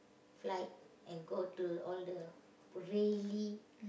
flight and go to all the really